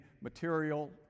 material